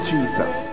Jesus